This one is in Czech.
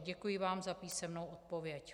Děkuji vám za písemnou odpověď.